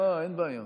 אין בעיה.